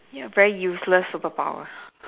ya very useless superpower